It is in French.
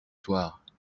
soir